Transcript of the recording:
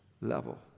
level